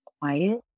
quiet